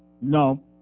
No